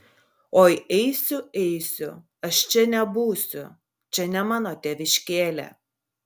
oi eisiu eisiu aš čia nebūsiu čia ne mano tėviškėlė